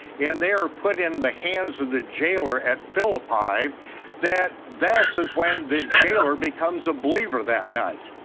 and they are put in the hands of the jailer at philippi, that this is when the jailer becomes a believer that night.